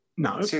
No